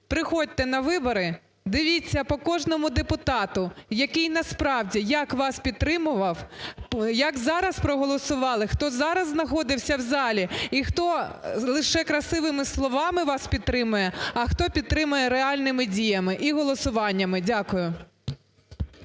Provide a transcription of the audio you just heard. Приходьте на вибори, дивіться по кожному депутату, який насправді, як вас підтримував, як зараз проголосували, хто зараз знаходився в залі і хто лише красивими словами вас підтримує, а хто підтримує реальними діями і голосуваннями. Дякую.